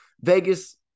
Vegas